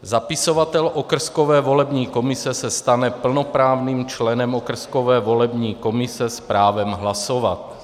Zapisovatel okrskové volební komise se stane plnoprávným členem okrskové volební komise s právem hlasovat.